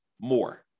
more